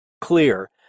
clear